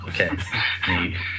Okay